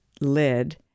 lid